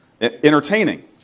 entertaining